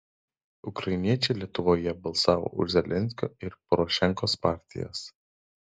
ukrainiečiai lietuvoje balsavo už zelenskio ir porošenkos partijas